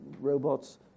Robots